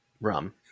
rum